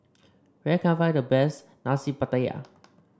where can I find the best Nasi Pattaya